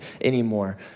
anymore